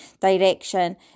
direction